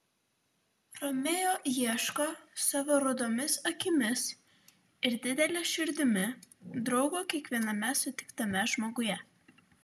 romeo ieško savo rudomis akimis ir didele širdimi draugo kiekviename sutiktame žmoguje